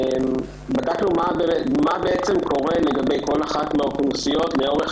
בדקנו מה קורה לגבי כל אחת מן האוכלוסיות לאורך